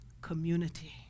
community